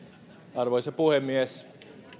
arvoisa puhemies